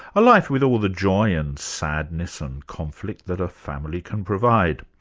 a life with all the joy and sadness and conflict that a family can provide.